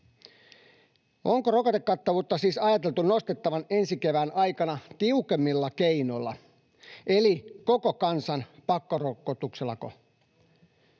Onko rokotekattavuutta siis ajateltu nostettavan ensi kevään aikana tiukemmilla keinolla eli koko kansan pakkorokotuksilla?